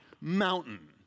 mountain